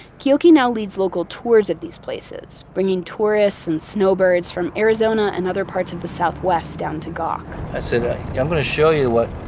keoki now leads local tours of these places, bringing tourists and snowbirds from arizona and other parts of the southwest down to gawk i say that i'm going to show you what